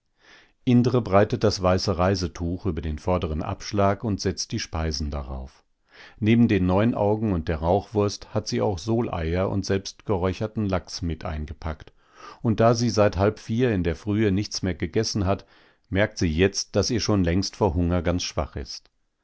indre breitet das weiße reisetuch über den vorderen abschlag und setzt die speisen darauf neben den neunaugen und der rauchwurst hat sie auch soleier und selbstgeräucherten lachs mit eingepackt und da sie seit halb vier in der frühe nichts mehr gegessen hat merkt sie jetzt daß ihr schon längst vor hunger ganz schwach ist